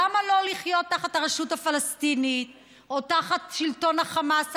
למה לא לחיות תחת הרשות הפלסטינית או תחת שלטון החמאס,